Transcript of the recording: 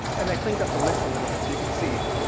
and i cleaned up the list a little bit so you can see.